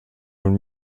und